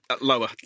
lower